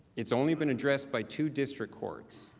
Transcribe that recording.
it's only been addressed by two district courts.